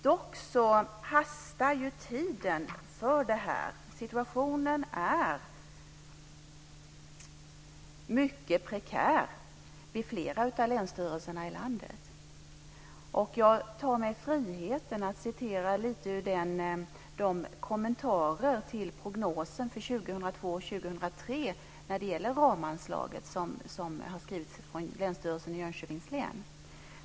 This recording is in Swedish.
Dock hastar tiden för det här. Situationen är mycket prekär vid flera av länsstyrelserna i landet. Jag tar mig friheten att citera lite ur de kommentarer till prognosen för 2002 och 2003 när det gäller ramanslaget som har skrivits från Länsstyrelsen i Jönköpings län.